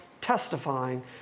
testifying